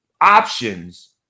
options